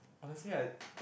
honestly like